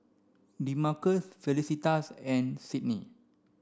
Demarcus Felicitas and Sydnee